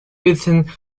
within